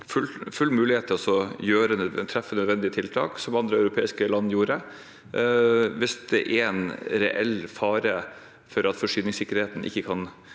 full mulighet til å treffe de nødvendige tiltak, slik som andre europeiske land gjorde, hvis det er en reell fare for at forsyningssikkerheten ikke kan